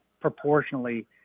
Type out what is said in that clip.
proportionally